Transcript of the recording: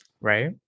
Right